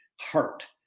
heart